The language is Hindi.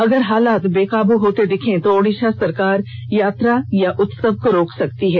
अगर हालात बेकाब होते दिखें तो ओडिशा सरकार यात्रा या उत्सव को रोक सकती है